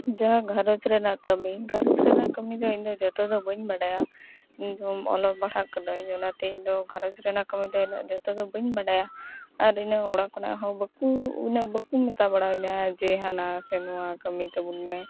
ᱡᱟᱦᱟᱸ ᱜᱷᱟᱨᱚᱸᱡᱽ ᱨᱮᱱᱟᱜ ᱠᱟᱹᱱᱤ ᱜᱷᱟᱨᱚᱸᱡᱽ ᱨᱮᱱᱟᱜ ᱠᱟᱹᱢᱤ ᱫᱚ ᱤᱧ ᱫᱚ ᱡᱚᱛᱚ ᱫᱚ ᱵᱟᱹᱧ ᱵᱟᱰᱟᱭᱟ ᱤᱧᱫᱚ ᱚᱞᱚᱜ ᱯᱟᱲᱦᱟᱜ ᱠᱟᱱᱟᱹᱧ ᱚᱱᱟᱛᱮ ᱤᱧ ᱫᱚ ᱜᱷᱟᱨᱚᱸᱡᱽ ᱨᱮᱱᱟᱜ ᱠᱟᱹᱢᱤ ᱫᱚ ᱤᱱᱟᱹᱜ ᱡᱚᱛᱚ ᱫᱚ ᱵᱟᱹᱧ ᱵᱟᱰᱟᱭᱟ ᱟᱨ ᱩᱱᱟᱹ ᱚᱲᱟᱜ ᱠᱷᱚᱱᱟᱜ ᱦᱚᱸ ᱵᱟᱠᱚ ᱩᱱᱟᱹᱜ ᱵᱟᱠᱚ ᱢᱮᱛᱟ ᱵᱟᱲᱟ ᱟᱹᱧᱟ ᱡᱮ ᱦᱟᱱᱟ ᱥᱮ ᱱᱚᱣᱟ ᱠᱟᱹᱢᱤ ᱛᱟᱵᱚᱱ ᱢᱮ